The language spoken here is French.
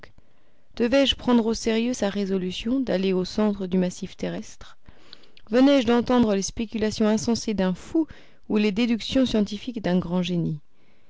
devais-je prendre au sérieux sa résolution d'aller au centre du massif terrestre venais je d'entendre les spéculations insensées d'un fou ou les déductions scientifiques d'un grand génie